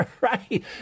right